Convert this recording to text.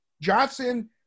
Johnson